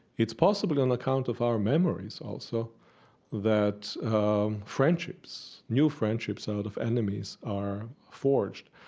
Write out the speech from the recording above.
it's possibly on account of our memories also that friendships, new friendships out of enemies are forged.